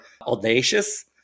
audacious